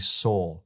soul